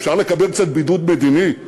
אפשר לקבל קצת בידוד מדיני,